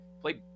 played